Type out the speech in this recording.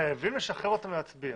חייבים לשחרר אותם להצביע.